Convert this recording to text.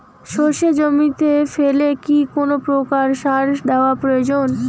সর্ষে জমিতে ফেলে কি কোন প্রকার সার দেওয়া প্রয়োজন?